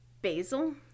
basil